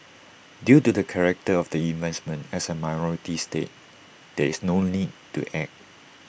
due to the character of the investment as A minority stake there is no need to act